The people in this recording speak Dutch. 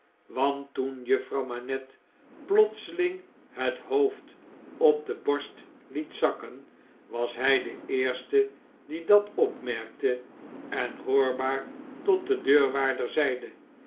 want toen juffrouwmanetteplotseling het hoofd op de borst liet zakken was hij de eerste die dat opmerkte en hoorbaar tot den deurwaarder zeide